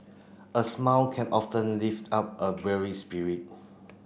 a smile can often lift up a weary spirit